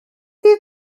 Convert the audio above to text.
fydd